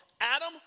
Adam